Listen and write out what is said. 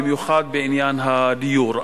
במיוחד בעניין הדיור.